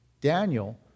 Daniel